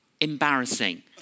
embarrassing